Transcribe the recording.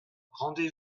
rendez